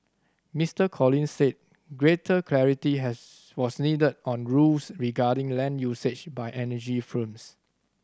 Mister Collins said greater clarity has was needed on rules regarding land usage by energy firms